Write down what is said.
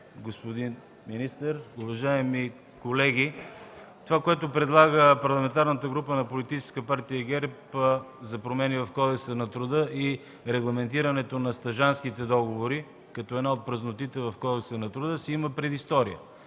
господин министър, уважаеми колеги! Това, което предлага Парламентарната група на политическа партия ГЕРБ за промени в Кодекса на труда и регламентирането на стажантските договори като една от празнотите в Кодекса на труда, си има предистория.